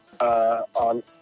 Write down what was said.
on